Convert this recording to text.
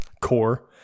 core